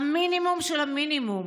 המינימום של המינימום.